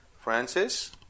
Francis